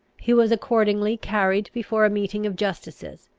he was accordingly carried before a meeting of justices,